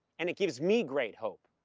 and it gives me great hope.